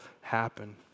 happen